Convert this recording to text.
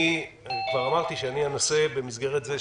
אני כבר אמרתי שאני אנסה במסגרת זו,